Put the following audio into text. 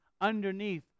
underneath